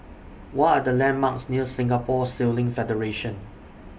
What Are The landmarks near Singapore Sailing Federation